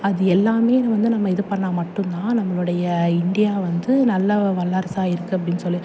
அது எல்லாம் நம்ம வந்து நம்ம இது பண்ணிணா மட்டும் தான் நம்மளுடைய இந்தியா வந்து நல்லா வல்லரசாக இருக்குது அப்படின்னு சொல்லி